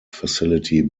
facility